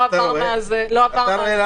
לא עבר מאז תקציב.